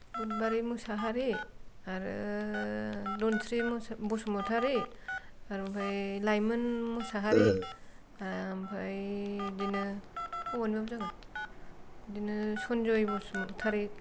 बुदबारि मोसाहारी आरो दनस्रि बसुमतारी आरो आमफ्राय लाइमोन मोसाहारी आमफाय बेदिनो हौवानाबा जागोन बेदिनो सन्जय बसुमतारी